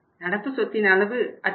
நடப்பு சொத்தின் அளவு அதிகரிக்கும்